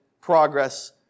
progress